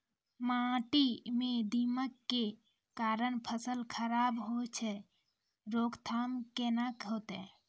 माटी म दीमक के कारण फसल खराब होय छै, रोकथाम केना होतै?